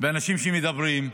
באנשים שמדברים.